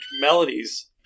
melodies